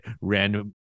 random